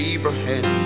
Abraham